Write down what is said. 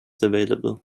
available